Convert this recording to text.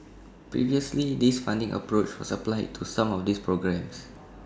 previously this funding approach was applied to some of these programmes